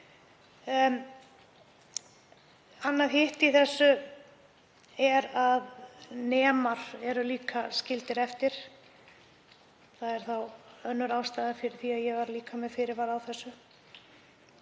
Annað í þessu er að nemar eru líka skildir eftir. Það er þá önnur ástæðan fyrir því að ég var með fyrirvara á þessu.